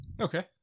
Okay